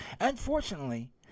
Unfortunately